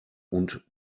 und